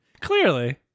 Clearly